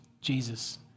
Jesus